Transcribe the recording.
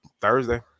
Thursday